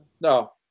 no